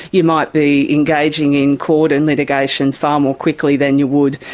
you might be engaging in court and litigation far more quickly than you would,